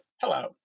Hello